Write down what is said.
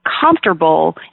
comfortable